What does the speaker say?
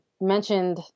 mentioned